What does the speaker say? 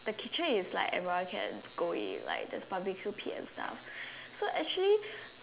a kitchen is like everyone can go in like there's B_B_Q bit and stuffs so actually